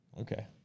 okay